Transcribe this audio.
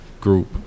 group